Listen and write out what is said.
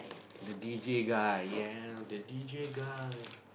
the d_j guy ya the d_j guy